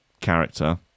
character